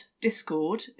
Discord